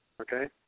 Okay